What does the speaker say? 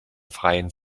freien